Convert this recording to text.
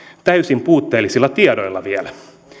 täysin puutteellisilla tiedoilla vielä